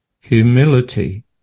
Humility